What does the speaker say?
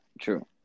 True